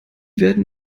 werden